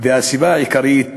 והסיבה העיקרית